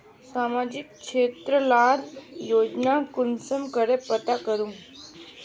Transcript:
सामाजिक क्षेत्र लार योजना कुंसम करे पता करूम?